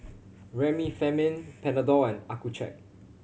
Remifemin Panadol and Accucheck